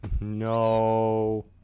No